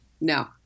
No